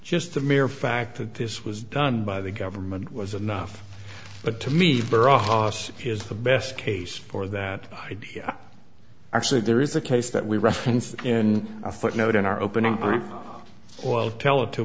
just the mere fact that this was done by the government was enough but to me is the best case for that idea actually there is a case that we referenced in a footnote in our opening well tell it to